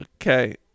Okay